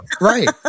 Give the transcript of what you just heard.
right